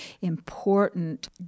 important